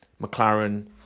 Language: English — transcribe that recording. McLaren